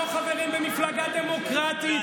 אתם לא חברים במפלגה דמוקרטית.